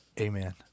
Amen